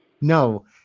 no